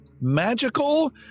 magical